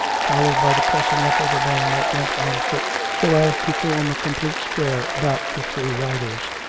followed by the pressing up of the men that went on foot so as to form a complete square about the three riders.